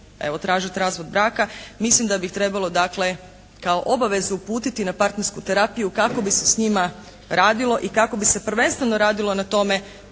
tražiti razvod braka, mislim da bi trebalo dakle kao obavezu uputiti na partnersku terapiju kako bi se s njima radilo i kako bi se prvenstveno radilo na tome